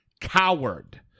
Coward